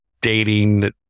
dating